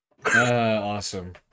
Awesome